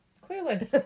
Clearly